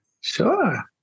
Sure